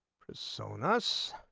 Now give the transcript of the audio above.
presonus